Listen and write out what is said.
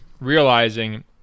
realizing